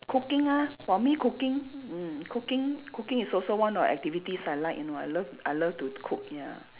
cooking lah for me cooking mm cooking cooking is also one or activities I like you know I love I love to cook ya